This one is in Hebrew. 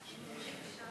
אני רוצה